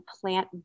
plant